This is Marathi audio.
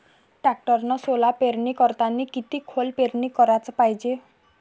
टॅक्टरनं सोला पेरनी करतांनी किती खोल पेरनी कराच पायजे?